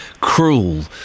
cruel